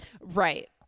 Right